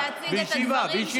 בישיבה, בישיבה.